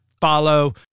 follow